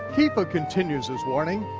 kefa continues his warning,